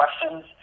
questions